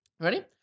Ready